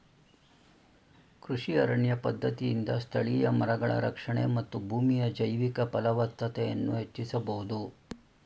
ಕೃಷಿ ಅರಣ್ಯ ಪದ್ಧತಿಯಿಂದ ಸ್ಥಳೀಯ ಮರಗಳ ರಕ್ಷಣೆ ಮತ್ತು ಭೂಮಿಯ ಜೈವಿಕ ಫಲವತ್ತತೆಯನ್ನು ಹೆಚ್ಚಿಸಬೋದು